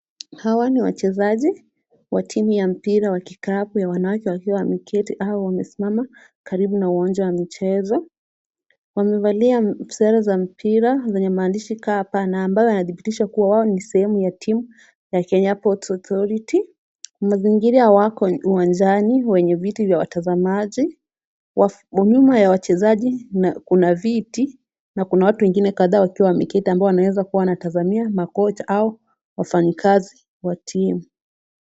Hawa ni wachezaji wa timu ya mpira wa kikapu ya wanawake wakiwa wameketi au wamesimama karibu na uwanja wa michezo. Wamevalia sare za mpira zenye maandishi KPA na ambayo yanadhibitisha kuwa wao ni sehemu ya timu ya Kenya Ports Authority. Mazingira wako uwanjani wenye viti vya watazamaji. Nyuma ya wachezaji kuna viti na kuna watu wengine kadhaa wakiwa wameketi ambao wanaweza kuwa wanatazamia makochi au wafanyikazi wa timu.